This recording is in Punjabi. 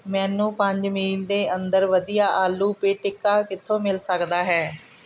ਮੈਨੂੰ ਪੰਜ ਮੀਲ ਦੇ ਅੰਦਰ ਵਧੀਆ ਆਲੂ ਪਿਟਿਕਾ ਕਿੱਥੋਂ ਮਿਲ ਸਕਦਾ ਹੈ